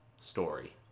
story